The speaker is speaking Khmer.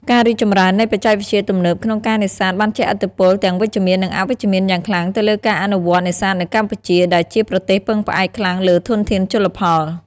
ការរីកចម្រើននៃបច្ចេកវិទ្យាទំនើបក្នុងការនេសាទបានជះឥទ្ធិពលទាំងវិជ្ជមាន និងអវិជ្ជមានយ៉ាងខ្លាំងទៅលើការអនុវត្តន៍នេសាទនៅកម្ពុជា ដែលជាប្រទេសពឹងផ្អែកខ្លាំងលើធនធានជលផល។